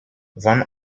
van